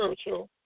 spiritual